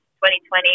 2020